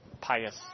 Pious